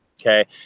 Okay